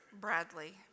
Bradley